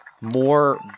more